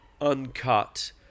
uncut